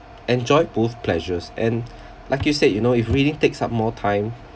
enjoy both pleasures and like you said you know if reading takes up more time